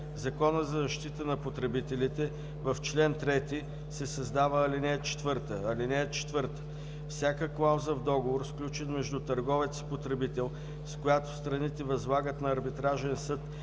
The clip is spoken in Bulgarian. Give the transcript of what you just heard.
Закона за защита на потребителите в чл. 3 се създава ал. 4: „ (4) Всяка клауза в договор, сключен между търговец и потребител, с която страните възлагат на арбитражен съд